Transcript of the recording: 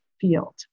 field